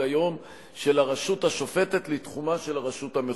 היום של הרשות השופטת לתחומה של הרשות המחוקקת,